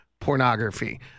pornography